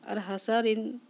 ᱟᱨ ᱦᱟᱥᱟᱨᱮᱱ